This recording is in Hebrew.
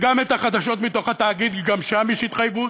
וגם את החדשות מתוך התאגיד, כי גם שם יש התחייבות,